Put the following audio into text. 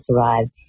arrived